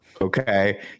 Okay